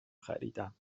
خریدم